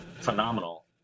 phenomenal